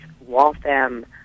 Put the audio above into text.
Waltham